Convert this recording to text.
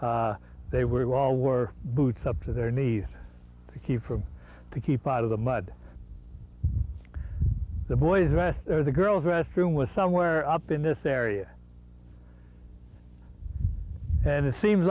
they were all were boots up to their knees to keep from to keep out of the mud the boys rest of the girls restroom was somewhere up in this area and it seems